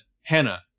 Hannah